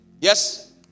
yes